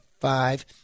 five